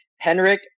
Henrik